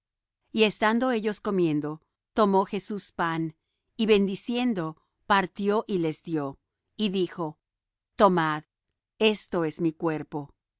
y estando ellos comiendo tomó jesús pan y bendiciendo partió y les dió y dijo tomad esto es mi cuerpo